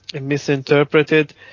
misinterpreted